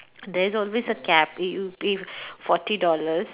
there's always a cap you you pay forty dollars